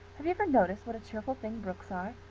have you ever noticed what cheerful things brooks are?